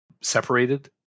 separated